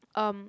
um